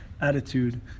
attitude